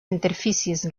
interfícies